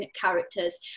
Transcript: characters